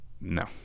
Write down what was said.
no